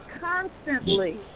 constantly